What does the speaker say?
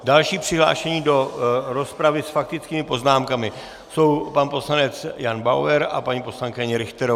Další přihlášení do rozpravy s faktickými poznámkami jsou pan poslanec Jan Bauer a paní poslankyně Richterová.